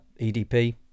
EDP